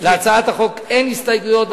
להצעת החוק אין הסתייגויות,